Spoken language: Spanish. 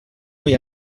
muy